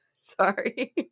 Sorry